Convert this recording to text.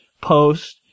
post